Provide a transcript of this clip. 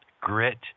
Grit